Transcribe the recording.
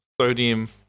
sodium